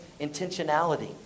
intentionality